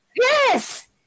Yes